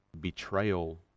betrayal